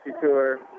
tour